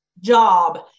job